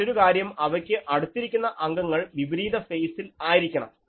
മറ്റൊരുകാര്യം അവയ്ക്ക് അടുത്തിരിക്കുന്ന അംഗങ്ങൾ വിപരീത ഫെയ്സിൽ ആയിരിക്കണം